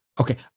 Okay